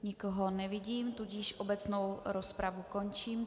Nikoho nevidím, tudíž obecnou rozpravu končím.